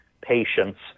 patients